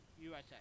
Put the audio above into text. USA